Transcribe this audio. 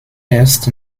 erst